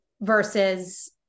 versus